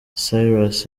cyrus